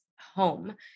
home